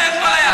רוצה את כל היד.